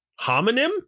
homonym